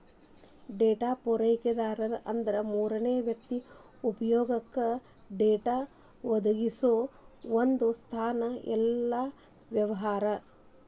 data ಪೂರೈಕೆದಾರ ಅಂದ್ರ ಮೂರನೇ ವ್ಯಕ್ತಿ ಉಪಯೊಗಕ್ಕ ಡೇಟಾ ಒದಗಿಸೊ ಒಂದ್ ಸಂಸ್ಥಾ ಇಲ್ಲಾ ವ್ಯವಹಾರ